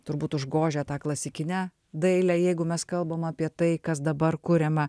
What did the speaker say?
turbūt užgožia tą klasikinę dailę jeigu mes kalbam apie tai kas dabar kuriama